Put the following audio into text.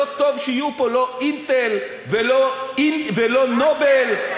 שלא טוב שיהיו פה לא "אינטל" ולא "נובל" מה הקשר?